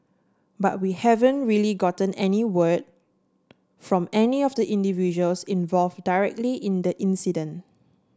but we haven't really gotten any word from any of the individuals involved directly in the incident